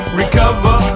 recover